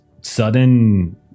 sudden